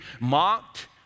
mocked